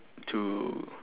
to